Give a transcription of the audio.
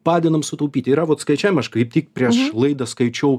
padedam sutaupyt yra vot skaičiavimai aš kaip tik prieš laidą skaičiau